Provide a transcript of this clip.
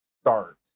start